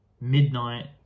midnight